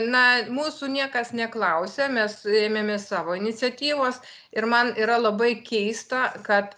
na mūsų niekas neklausė mes ėmėmės savo iniciatyvos ir man yra labai keista kad